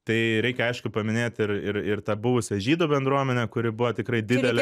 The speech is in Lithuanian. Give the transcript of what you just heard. tai reikia aišku paminėt ir ir ir tą buvusią žydų bendruomenę kuri buvo tikrai didelė